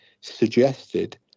suggested